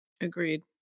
Agreed